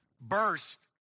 burst